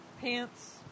pants